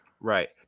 Right